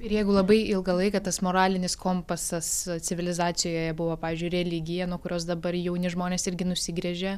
ir jeigu labai ilgą laiką tas moralinis kompasas civilizacijoje buvo pavyzdžiui religija nuo kurios dabar jauni žmonės irgi nusigręžia